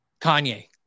Kanye